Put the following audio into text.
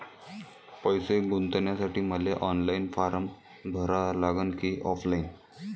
पैसे गुंतन्यासाठी मले ऑनलाईन फारम भरा लागन की ऑफलाईन?